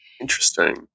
Interesting